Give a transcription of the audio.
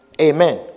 Amen